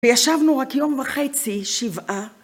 וישבנו רק יום וחצי, שבעה.